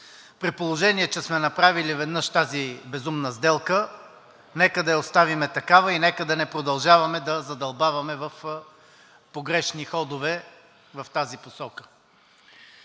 При положение че сме направили веднъж тази безумна сделка, нека да я оставим такава и нека да не продължаваме да задълбаваме в погрешни ходове в тази посока.